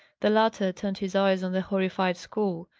the latter turned his eyes on the horrified school,